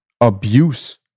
abuse